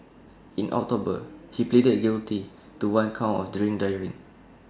in October he pleaded guilty to one count of drink driving